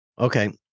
Okay